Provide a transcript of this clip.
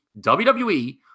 WWE